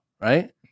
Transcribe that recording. right